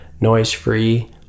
noise-free